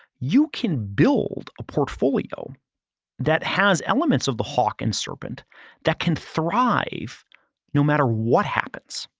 you can build a portfolio that has elements of the hawk and serpent that can thrive no matter what happens.